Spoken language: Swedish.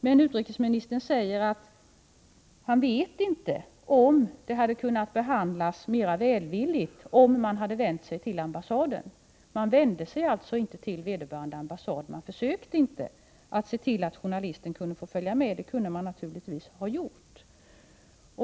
Men utrikesministern säger att han inte vet om ansökan hade kunnat behandlas mer välvilligt, om man hade vänt sig till ambassaden. Man vände sig alltså inte till vederbörande ambassad — man försökte inte att se till att journalisten kunde få följa med. Det kunde man naturligtvis ha gjort.